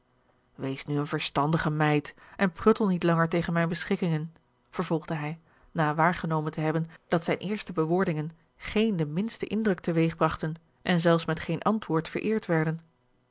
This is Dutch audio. wees nu eene verstandige meid en pruttel niet langer tegen mijne beschikkingen vervolgde hij na waargenomen te hebben dat zijne eerste bewoordingen geen den minsten indruk te weeg bragten en zelfs met geen antwoord vereerd werden